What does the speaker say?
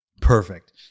Perfect